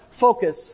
focus